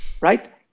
right